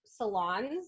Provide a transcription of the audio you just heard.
Salons